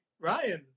Ryan